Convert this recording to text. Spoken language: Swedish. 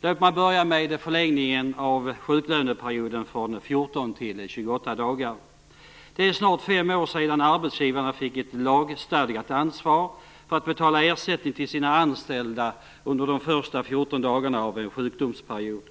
Låt mig börja med förlängningen av sjuklöneperioden från 14 till 28 dagar. Det är snart fem år sedan arbetsgivarna fick ett lagstadgat ansvar för att betala ersättning till sina anställda under de första 14 dagarna av en sjukdomsperiod.